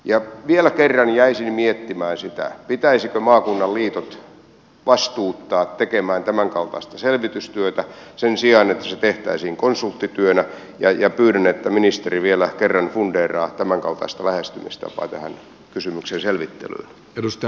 ja vielä kerran jäisin miettimään sitä pitäisikö maakunnan liitot vastuuttaa tekemään tämänkaltaista selvitystyötä sen sijaan että se tehtäisiin konsulttityönä ja pyydän että ministeri vielä kerran fundeeraa tämänkaltaista lähestymistapaa tähän kysymyksen selvittelyyn